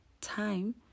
time